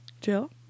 Jill